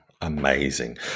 amazing